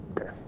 Okay